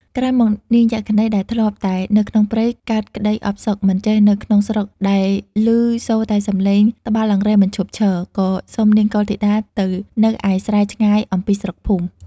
ក្រោយមក នាងយក្ខិនីដែលធ្លាប់តែនៅក្នុងព្រៃ កើតក្តីអផ្សុក មិនចេះនៅក្នុងស្រុកដែលឮសូរតែសំឡេងត្បាល់អង្រែមិនឈប់ឈរ ក៏សុំនាងកុលធីតាទៅនៅឯស្រែឆ្ងាយអំពីស្រុក ភូមិ។